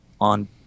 on